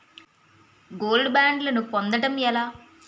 Gold బ్యాండ్లను పొందటం ఎలా?